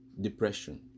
depression